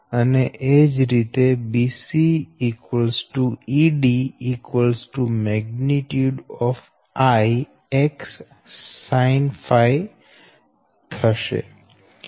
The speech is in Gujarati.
અને એ જ રીતે BC ED I X sinɸ થશે